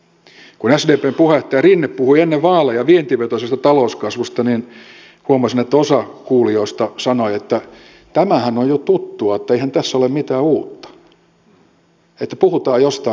kun sdpn puheenjohtaja rinne puhui ennen vaaleja vientivetoisesta talouskasvusta niin huomasin että osa kuulijoista sanoi että tämähän on jo tuttua että eihän tässä ole mitään uutta puhutaan jostain muusta